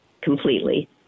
completely